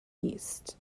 east